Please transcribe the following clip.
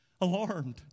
Alarmed